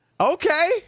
Okay